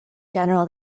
general